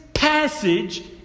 Passage